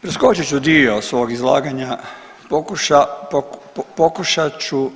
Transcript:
Preskočit ću dio svog izlaganja pokušat ću